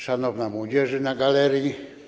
Szanowna młodzieży na galerii!